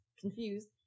confused